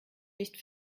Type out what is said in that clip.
nicht